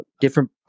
different